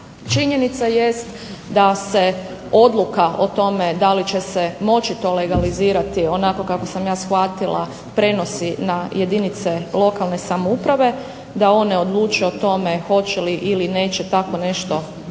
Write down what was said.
Činjenica jest da se odluka o tome da li će se moći to legalizirati onako kako sam ja shvatila prenosi na jedinice lokalne samouprave da one odluče o tome hoće li ili neće tako nešto omogućiti.